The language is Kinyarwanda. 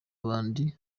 abandi